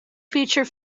feature